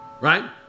right